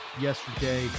yesterday